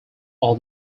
all